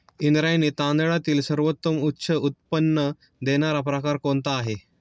इंद्रायणी तांदळातील सर्वोत्तम उच्च उत्पन्न देणारा प्रकार कोणता आहे?